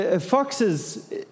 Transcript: foxes